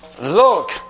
Look